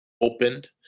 opened